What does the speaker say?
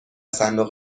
صندوق